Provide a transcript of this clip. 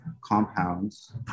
compounds